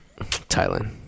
Thailand